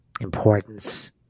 importance